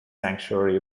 sanctuary